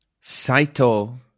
Saito